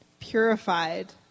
purified